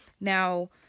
Now